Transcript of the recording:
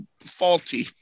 faulty